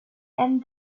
and